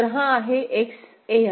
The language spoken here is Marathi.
तर हा आहे X An